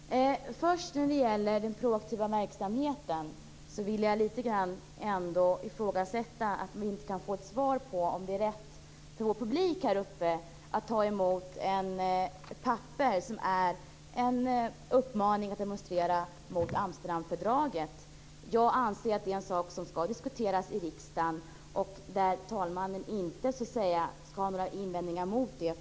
Herr talman! Först vill jag ta upp den proaktiva verksamheten. Jag vill ändå ifrågasätta att vi inte kan få ett svar på frågan om det är rätt av vår publik på läktaren att ta emot ett papper med en uppmaning att demonstrera mot Amsterdamfördraget. Jag anser att det är en sak som skall diskuteras i riksdagen och att talmannen inte skall ha några invändningar mot det.